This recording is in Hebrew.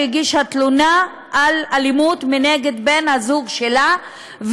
הגישה תלונה על אלימות מצד בן הזוג שלה,